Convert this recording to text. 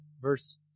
verse